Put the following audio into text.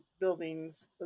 buildings